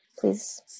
please